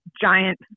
giant